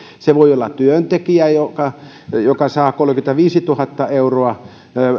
se voi olla työntekijä joka saa kolmekymmentäviisituhatta euroa